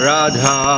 Radha